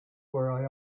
were